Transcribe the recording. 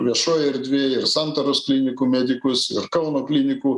viešojoj erdvėj ir santaros klinikų medikus ir kauno klinikų